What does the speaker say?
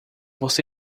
você